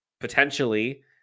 potentially